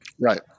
Right